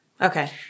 Okay